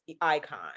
icon